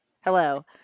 Hello